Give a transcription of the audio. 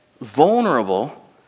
vulnerable